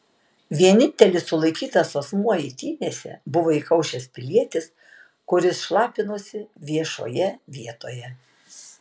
vienintelis sulaikytas asmuo eitynėse buvo įkaušęs pilietis kuris šlapinosi viešoje vietoje